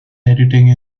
editing